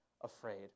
afraid